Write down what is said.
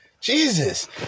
Jesus